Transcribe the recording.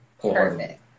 Perfect